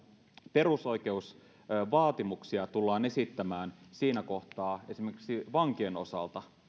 perusoikeusvaatimuksia tullaan esittämään siinä kohtaa esimerkiksi vankien